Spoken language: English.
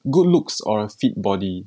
good looks or a fit body